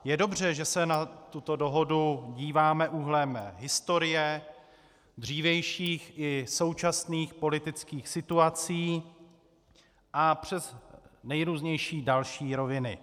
Je dobře, že se na tuto dohodu díváme úhlem historie, dřívějších i současných politických situací a přes nejrůznější další roviny.